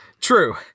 true